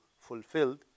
fulfilled